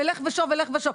בלך ושוב ולך ושוב.